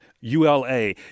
ULA